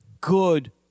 good